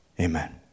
amen